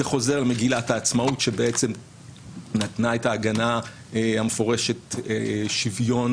זה חוזר למגילת העצמאות שבעצם נתנה את ההגנה המפורשת לשוויון